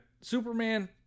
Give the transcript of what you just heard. Superman